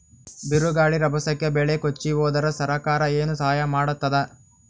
ಬಿರುಗಾಳಿ ರಭಸಕ್ಕೆ ಬೆಳೆ ಕೊಚ್ಚಿಹೋದರ ಸರಕಾರ ಏನು ಸಹಾಯ ಮಾಡತ್ತದ?